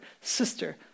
sister